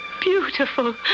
beautiful